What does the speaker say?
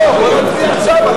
לא, בוא נצביע עכשיו על,